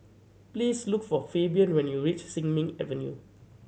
please look for Fabian when you reach Sin Ming Avenue